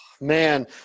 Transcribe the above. Man